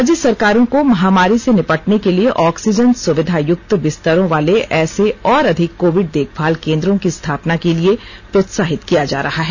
राज्य सरकारो को महामारी से निपटने के लिए ऑक्सीजन सुविधा युक्त बिस्तरों वाले ऐसे और अधिक कोविड देखभाल केन्द्रों स्थापना के लिए प्रोत्साहित किया जा रहा है